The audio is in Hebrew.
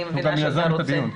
הוא גם יזם את הדיון.